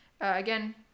Again